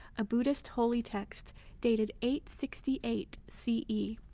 a buddhist holy text dated eight sixty eight c e.